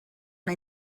una